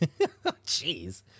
Jeez